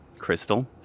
Crystal